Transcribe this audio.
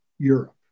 Europe